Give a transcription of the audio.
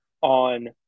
on